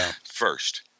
first